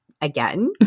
again